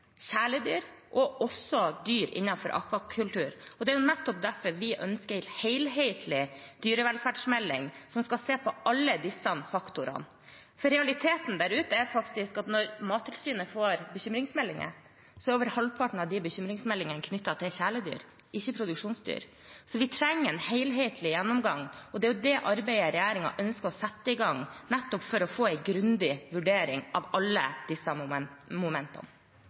kjæledyr eller dyr innenfor akvakultur. Det er nettopp derfor vi ønsker en helhetlig dyrevelferdsmelding som skal se på alle disse faktorene. For realiteten der ute er at når Mattilsynet får bekymringsmeldinger, er over halvparten av bekymringsmeldingene knyttet til kjæledyr, ikke produksjonsdyr. Så vi trenger en helhetlig gjennomgang, og det er det arbeidet regjeringen ønsker å sette i gang, nettopp for å få en grundig vurdering av alle disse momentene.